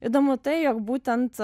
įdomu tai jog būtent